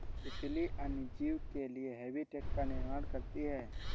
तितली अन्य जीव के लिए हैबिटेट का निर्माण करती है